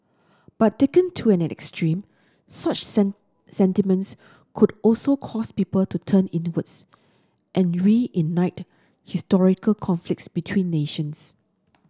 but taken to an extreme such sentiments could also cause people to turn inwards and reignite historical conflicts between nations